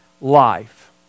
life